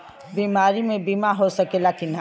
बीमारी मे बीमा हो सकेला कि ना?